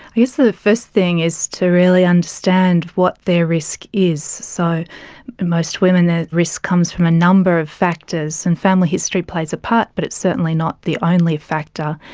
i guess the first thing is to really understand what their risk is. so in most women the risk comes from a number of factors, and family history plays a part but it's certainly not the only factor.